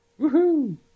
Woohoo